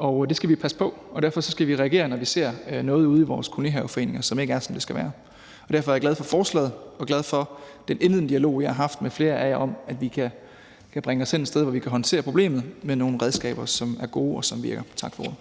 Den skal vi passe på, og derfor skal vi reagere, når vi ser noget ude i vores kolonihaveforeninger, som ikke er, som det skal være. Derfor er jeg glad for forslaget og glad for den indledende dialog, vi har haft med flere af jer, om, at vi kan bringe os hen et sted, hvor vi kan håndtere problemet med nogle redskaber, som er gode, og som virker. Tak for ordet.